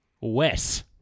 Wes